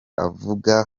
avuga